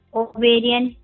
ovarian